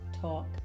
Talk